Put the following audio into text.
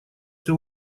все